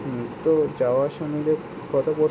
হুম তো যাওয়া আসা মিলিয়ে কত পড়ছে